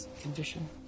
Condition